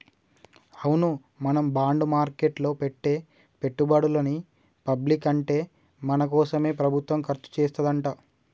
అవును మనం బాండ్ మార్కెట్లో పెట్టే పెట్టుబడులని పబ్లిక్ అంటే మన కోసమే ప్రభుత్వం ఖర్చు చేస్తాడంట